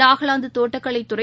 நாகாலாந்து தோட்டக்கலைத் துறை